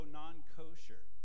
non-kosher